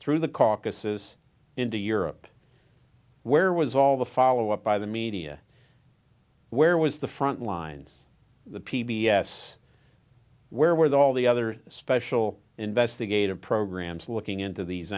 through the caucasus into europe where was all the follow up by the media where was the front lines the p b s where were they all the other special investigative programs looking into these